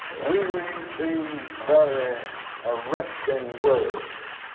we read these very arresting words